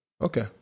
Okay